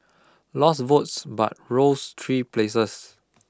lost votes but rose three places